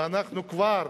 ואנחנו כבר,